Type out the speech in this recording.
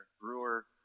Brewer